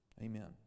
Amen